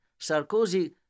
Sarkozy